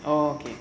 okay